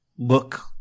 Look